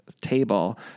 table